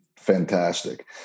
fantastic